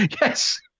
yes